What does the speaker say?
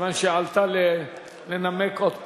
כיוון שהיא עלתה לנמק עוד פעם.